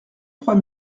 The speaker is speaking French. trois